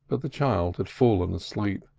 but the child had fallen asleep.